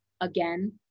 again